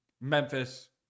memphis